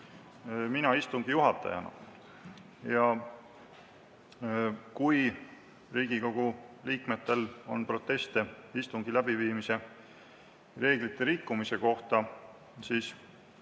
mina istungi juhatajana. Kui Riigikogu liikmetel on proteste istungi läbiviimise reeglite rikkumise kohta, siis